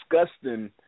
disgusting